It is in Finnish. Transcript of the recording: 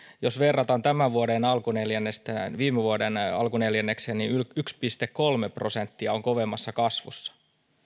jos verrataan tämän vuoden alkuneljännestä viime vuoden alkuneljännekseen ne ovat nyt yksi pilkku kolme prosenttia kovemmassa kasvussa